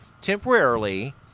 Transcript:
Temporarily